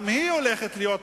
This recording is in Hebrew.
גם היא הולכת להיות מוקפאת.